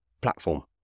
platform